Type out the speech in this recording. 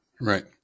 Right